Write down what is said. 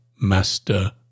master